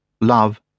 Love